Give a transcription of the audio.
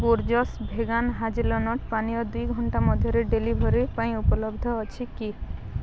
Borges vegan hazelnut ପାନୀୟ ଦୁଇ ଘଣ୍ଟା ମଧ୍ୟରେ ଡ଼େଲିଭରି ପାଇଁ ଉପଲବ୍ଧ ଅଛି କି